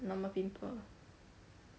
normal pimple